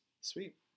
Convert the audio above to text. Sweet